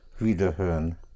Wiederhören